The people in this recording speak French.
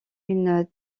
une